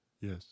Yes